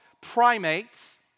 primates